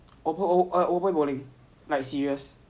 我不会 bowling like serious